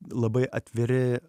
labai atviri